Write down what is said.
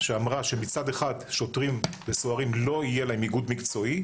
שאמרה שמצד אחד לשוטרים ולסוהרים לא יהיה איגוד מקצועי,